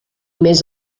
més